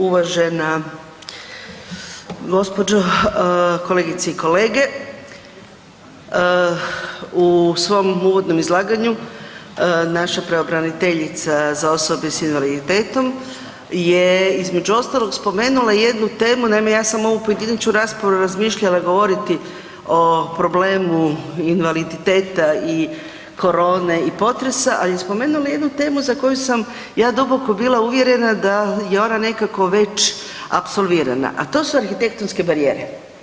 Uvažena gospođo, kolegice i kolege u svom uvodnom izlaganju naša pravobraniteljica za osobe sa invaliditetom je između ostalog spomenula i jednu temu, naime ja sam ovu pojedinačnu raspravu razmišljala govoriti o problemu invaliditeta i korone i potresa, a i spomenula jednu temu za koju sam ja duboko bila uvjerena da je ona nekako već apsolvirana, a to su arhitektonske barijere.